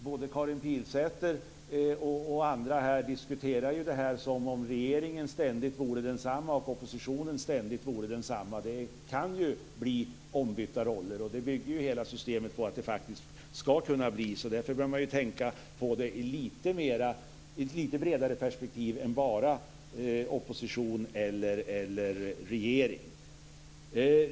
Både Karin Pilsäter och andra diskuterar här som om regeringen ständigt vore densamma och oppositionen ständigt vore densamma. Det kan ju bli ombytta roller. Hela systemet bygger på att det faktiskt ska kunna bli det. Därför bör man tänka på det i ett lite bredare perspektiv än bara i termer av opposition eller regering.